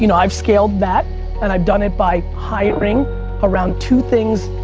you know i've scaled that and i've done it by hiring around two things.